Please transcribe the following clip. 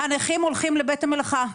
הנכים הולכים לבית המלאכה,